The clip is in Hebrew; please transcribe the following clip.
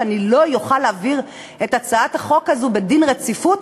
שלא אוכל להעביר את הצעת החוק הזאת בדין רציפות,